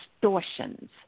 distortions